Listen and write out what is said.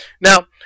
Now